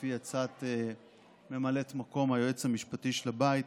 לפי עצת ממלאת מקום היועץ המשפטי של הבית,